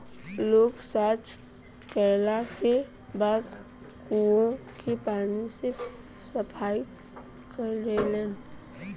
लोग सॉच कैला के बाद कुओं के पानी से सफाई करेलन